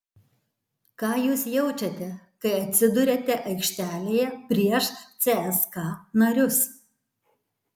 ką jūs jaučiate kai atsiduriate aikštelėje prieš cska narius